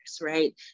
right